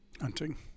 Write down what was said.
Hunting